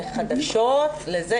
לחדשות וזה,